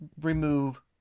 remove